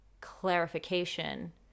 clarification